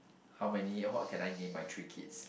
how many what can I name my three kids